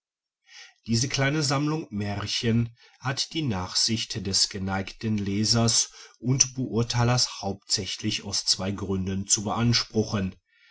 diese kleine sammlung märchen hat die nachsicht des geneigten lesers und beurteilers hauptsächlich aus zwei gründen zu beanspruchen